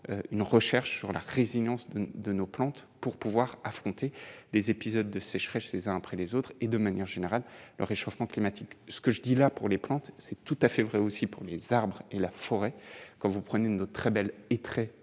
une recherche sur la résilience de de nos plantes pour pouvoir affronter les épisodes de sécheresse, les uns après les autres et de manière générale, le réchauffement climatique, ce que je dis là pour les pentes, c'est tout à fait vrai aussi pour les arbre et la forêt quand vous prenez une très belle et très